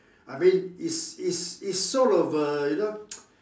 I mean is is is sort of a you know